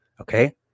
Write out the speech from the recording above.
Okay